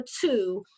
two